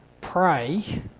pray